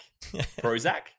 prozac